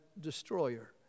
destroyer